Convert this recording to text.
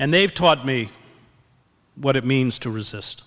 and they've taught me what it means to resist